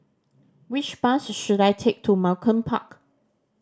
which bus should I take to Malcolm Park